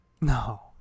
No